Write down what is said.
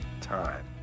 time